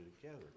together